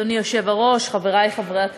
אדוני היושב-ראש, חברי חברי הכנסת,